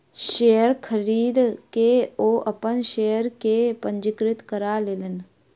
share खरीद के ओ अपन शेयर के पंजीकृत करा लेलैन